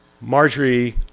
Marjorie